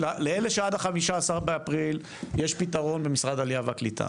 לאלה שעד ה-15 באפריל יש פתרון במשרד העלייה והקליטה,